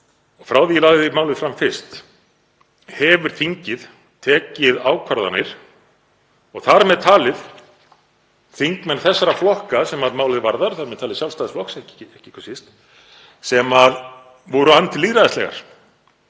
Frá því ég lagði málið fram fyrst hefur þingið tekið ákvarðanir, þar með talið þingmenn þeirra flokka sem málið varðar, þar með talið þingmenn Sjálfstæðisflokksins og ekki hvað síst, sem voru andlýðræðislegar,